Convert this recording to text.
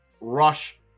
rush